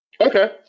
Okay